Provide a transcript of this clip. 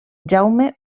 jaume